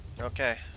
okay